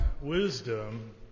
wisdom